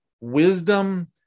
wisdom